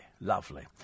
Lovely